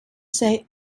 say